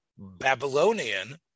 Babylonian